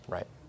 Right